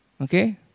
Okay